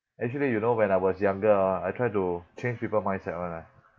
actually you know when I was younger ah I try to change people mindset [one] ah